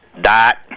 dot